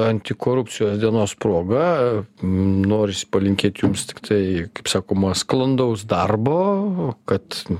antikorupcijos dienos proga norisi palinkėti jums tiktai kaip sakoma sklandaus darbo kad